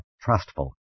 Trustful